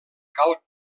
cal